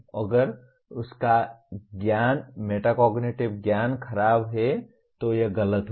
अगर उसका ज्ञा मेटाकोग्निटिव ज्ञान खराब है तो यह गलत होगा